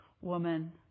woman